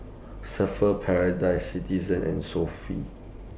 Surfer's Paradise Citizen and Sofy